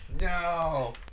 No